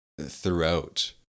throughout